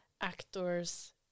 actors